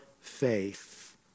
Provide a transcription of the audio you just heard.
faith